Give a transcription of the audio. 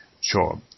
Sure